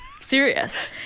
Serious